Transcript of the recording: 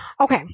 Okay